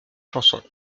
chansons